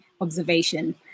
observation